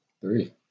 Three